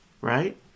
right